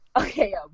Okay